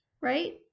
right